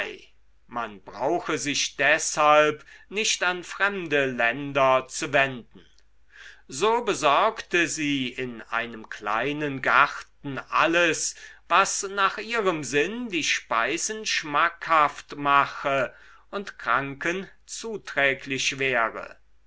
man brauche sich deshalb nicht an fremde länder zu wenden so besorgte sie in einem kleinen garten alles was nach ihrem sinn die speisen schmackhaft mache und kranken zuträglich wäre